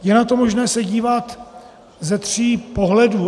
Je na to možné se dívat ze tří pohledů.